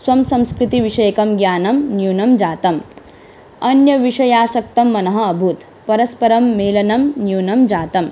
स्वं संस्कृतिविषयकं ज्ञानं न्यूनं जातम् अन्यविषयासक्तं मनः अभूत् परस्परं मेलनं न्यूनं जातम्